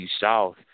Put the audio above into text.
South